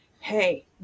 Hey